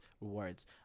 rewards